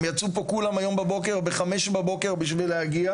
הם יצאו היום בחמש בבוקר בשביל להגיע